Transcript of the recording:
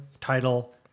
title